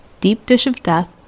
deepdishofdeath